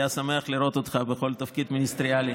שמח לראות אותך בכל תפקיד מיניסטריאלי